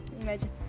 imagine